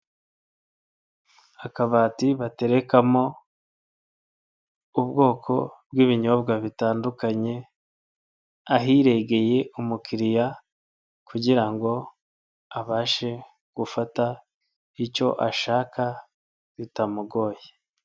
Akabati baterekamo ubwoko bw'ibinyobwa bitandukanye ahirengeye umukiriya kugirango abashe gufata icyo ashaka bitamugoye.